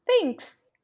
Thanks